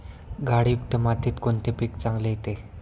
गाळयुक्त मातीत कोणते पीक चांगले येते?